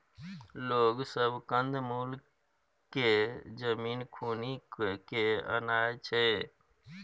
लोग सब कंद मूल केँ जमीन खुनि केँ आनय छै